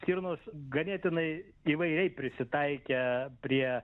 stirnos ganėtinai įvairiai prisitaikę prie